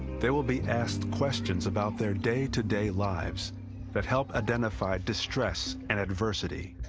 they will be asked questions about their day-to-day lives that help identify distress and adversity.